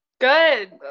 Good